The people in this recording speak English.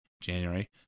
January